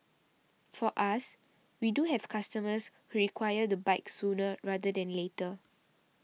for us we do have customers who require the bike sooner rather than later